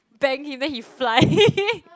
bang him then he fly